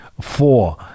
four